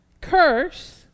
curse